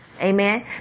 Amen